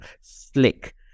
slick